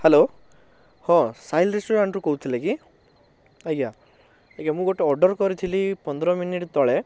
hello ହଁ Sahil restaurant କହୁଥିଲେ କି ଆଜ୍ଞା ଆଜ୍ଞା ମୁଁ ଗୋଟେ ଅର୍ଡ଼ର କରିଥିଲି ପନ୍ଦର ମିନିଟ୍ ତଳେ